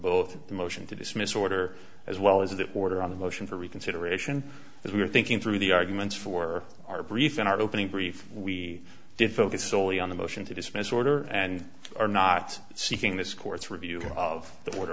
both the motion to dismiss order as well as the order on the motion for reconsideration as we were thinking through the arguments for our brief in our opening brief we did focus solely on the motion to dismiss order and are not seeking this court's review of the